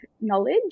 knowledge